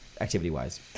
activity-wise